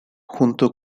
junto